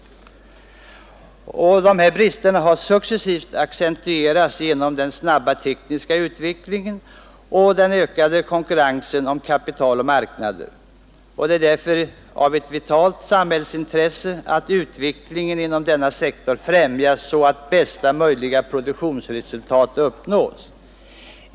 De här bristerna har successivt accentuerats genom den snabba tekniska utvecklingen och den ökande konkurrensen om kapital och marknader. Det är därför ett vitalt samhällsintresse att utvecklingen inom denna sektor främjas så att bästa möjliga produktionsresultat uppnås.